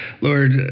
Lord